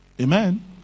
Amen